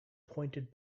pointed